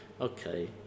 okay